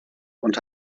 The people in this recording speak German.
und